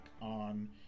on